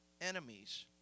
enemies